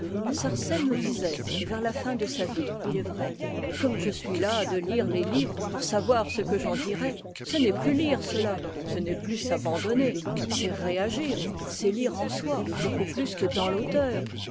me disait vers la fin de sa vie il est vrai comme je suis las de lire les livres pour savoir ce que j'en dirai ce n'est plus lire cela ce n'est plus s'abandonner c'est réagir c'est lire en soi beaucoup plus que dans l'auteur